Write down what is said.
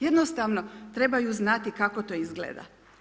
Jednostavno trebaju znati kako to izgleda.